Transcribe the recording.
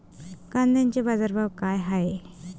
कांद्याचे बाजार भाव का हाये?